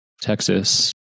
Texas